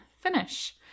finish